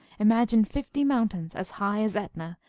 imagine fifty mountains as high as etna,